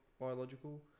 biological